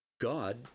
God